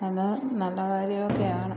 നല്ല നല്ല കാര്യമൊക്കെ ആണ്